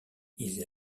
ils